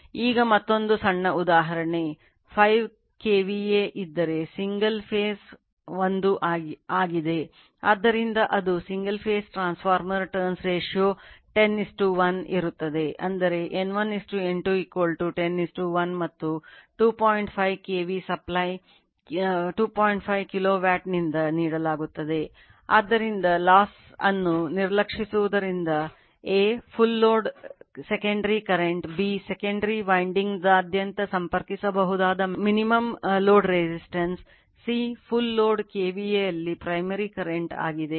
ಈಗ ಮತ್ತೊಂದು ಸಣ್ಣ ಉದಾಹರಣೆ 5 KVA ಇದ್ದರೆ Single ಕರೆಂಟ್ ಆಗಿದೆ